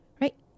Right